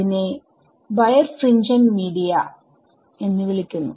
അതിനെ birefringent media എന്ന് പറയുന്നു